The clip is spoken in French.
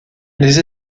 les